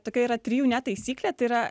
tokia yra trijų ne taisyklė tai yra